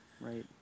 Right